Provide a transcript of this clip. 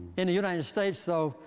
in the united states, though,